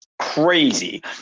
crazy